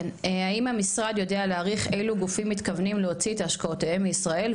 האם המשרד יודע להעריך אילו גופים מתכוונים להוציא את השקעותיהם מישראל,